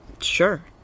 Sure